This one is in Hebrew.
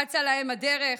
אצה להם הדרך,